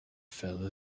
fell